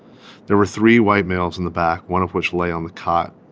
there were three white males in the back, one of which lay on the cot.